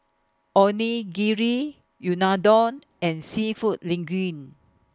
Onigiri Unadon and Seafood Linguine